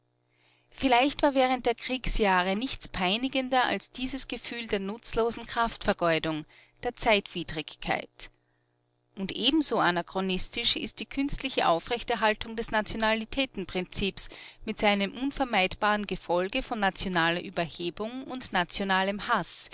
vielleicht war während der kriegsjahre nichts peinigender als dieses gefühl der nutzlosen kraftvergeudung der zeitwidrigkeit und ebenso anachronistisch ist die künstliche aufrechterhaltung des nationalitätenprinzips mit seinem unvermeidbaren gefolge von nationaler überhebung und nationalem haß